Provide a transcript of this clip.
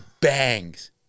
bangs